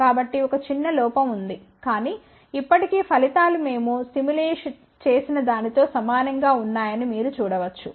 కాబట్టి ఒక చిన్న లోపం ఉంది కానీ ఇప్పటి కీ ఫలితాలు మేము సిములేట్ చేసిన దానితో సమానం గా ఉన్నాయని మీరు చూడవచ్చు